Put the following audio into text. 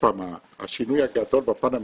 השינוי הגדול בפן הממשלתי,